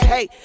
Hey